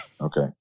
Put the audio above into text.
Okay